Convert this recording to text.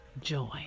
joy